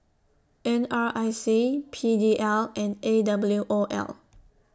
N R I C P D L and A W O L